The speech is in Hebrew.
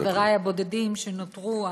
חברי הבודדים שנותרו,